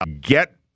Get